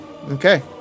Okay